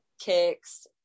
kicks